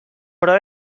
però